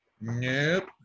Nope